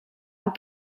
amb